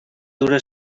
dura